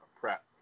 prep